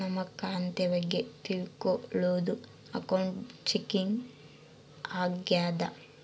ನಮ್ ಖಾತೆ ಬಗ್ಗೆ ತಿಲ್ಕೊಳೋದು ಅಕೌಂಟ್ ಚೆಕಿಂಗ್ ಆಗ್ಯಾದ